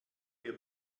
wir